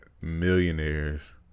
millionaires